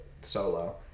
Solo